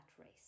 race